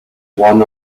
won